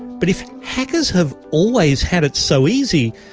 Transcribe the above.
but if hackers have always had it so easy,